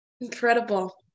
incredible